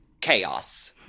chaos